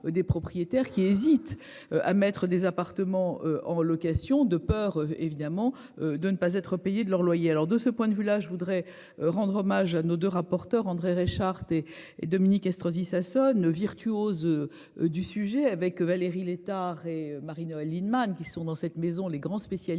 des propriétaires qui hésitent à mettre des appartements en location de peur évidemment de ne pas être payé de leur loyer. Alors de ce point de vue là, je voudrais rendre hommage à nos 2 rapporteur André Reichardt et et Dominique Estrosi Sassone virtuose. Du sujet avec Valérie Létard et Marie-Noëlle Lienemann qui sont dans cette maison, les grands spécialistes.